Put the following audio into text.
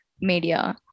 media